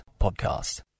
podcast